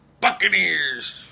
buccaneers